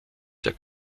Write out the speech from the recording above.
der